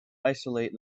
isolate